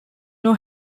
know